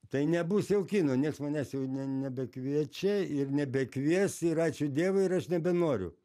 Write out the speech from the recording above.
tai nebus jau kino nieks manęs jau ne nebekviečia ir nebekvies ir ačiū dievui ir aš nebenoriu